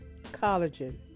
collagen